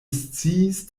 sciis